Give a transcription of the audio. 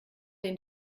den